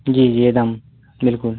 जी जी एकदम बिल्कुल